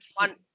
one